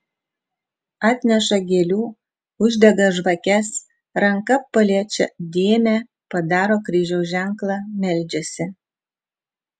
atneša gėlių uždega žvakes ranka paliečią dėmę padaro kryžiaus ženklą meldžiasi